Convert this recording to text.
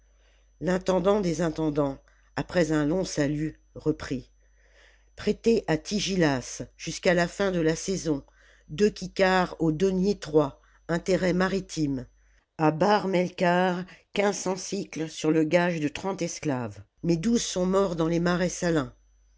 l'intendant des intendants après un long salut reprit prêté àtigillas jusqu'à la fin de la saison deux kikars au denier trois intérêt maritime à bar meikarth quinze cents sicles sur le gage de trente esclaves mais douze sont morts dans les marins sahns